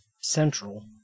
central